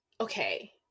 Okay